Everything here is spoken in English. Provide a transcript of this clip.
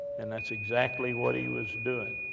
and that's exactly what he was doing.